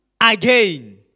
again